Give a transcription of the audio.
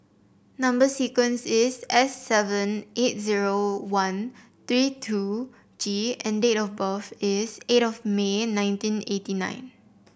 number sequence is S seven nine eight zero one three two G and date of birth is eight of May nineteen eighty nine